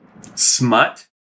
Smut